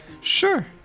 Sure